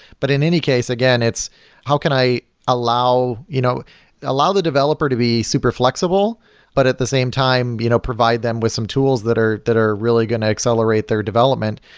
but in any case, again, it's how can i allow you know allow the developer to be super flexible but at the same time you know provide them with some tools that are that are really going to accelerate their development.